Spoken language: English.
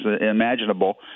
imaginable